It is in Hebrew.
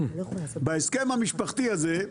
בהסכם המשפחתי הזה,